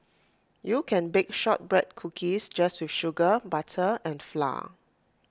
you can bake Shortbread Cookies just with sugar butter and flour